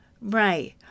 right